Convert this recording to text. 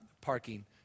parking